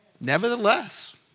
nevertheless